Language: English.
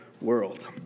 world